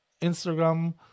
Instagram